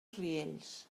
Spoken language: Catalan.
riells